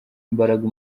imbaraga